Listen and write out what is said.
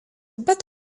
bet